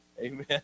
amen